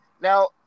Now